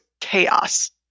chaos